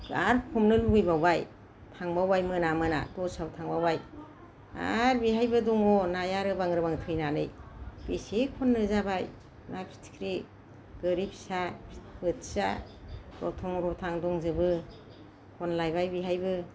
आरो हमनो लुगैबावबाय थांबावबाय मोना मोना दस्रायाव थांबावबाय आरो बेहायबो दङ नाया रोबां रोबां थैनानै बेसे खननो जाबाय ना फिथिख्रि गोरि फिसा बोथिया रथं रथां दंजोबो खनलायबाय बिहायबो